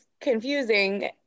confusing